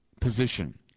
position